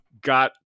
got